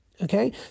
Okay